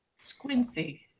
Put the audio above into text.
Squincy